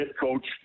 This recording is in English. coach